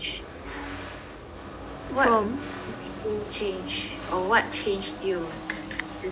what made you change or what changed you this year